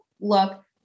look